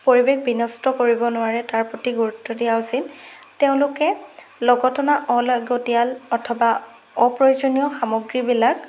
পৰিৱেশ বিনষ্ট কৰিব নোৱাৰে তাৰ প্ৰতি গুৰুত্ব দিয়া উচিত তেওঁলোকে লগটনা অলাগটিয়াল অথবা অপ্ৰয়োজনীয় সামগ্ৰীবিলাক